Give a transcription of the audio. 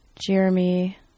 Jeremy